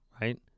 right